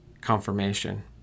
confirmation